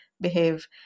behave